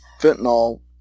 fentanyl